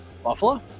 Buffalo